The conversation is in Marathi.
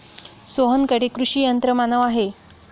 सोहनकडे कृषी यंत्रमानव आहे